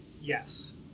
Yes